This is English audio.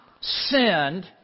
sinned